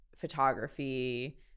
photography